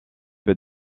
peu